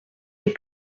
les